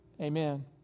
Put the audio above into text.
Amen